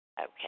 Okay